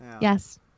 Yes